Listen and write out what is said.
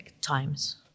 times